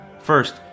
First